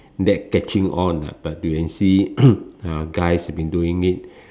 that catching on ah but you can see uh guys have been doing it